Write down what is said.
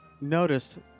noticed